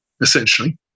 essentially